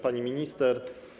Pani Minister!